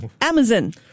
Amazon